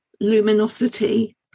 luminosity